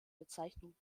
bezeichnung